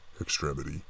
extremity